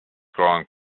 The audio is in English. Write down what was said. growing